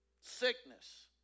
Sickness